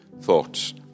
thoughts